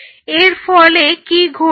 এর ফলে কি ঘটবে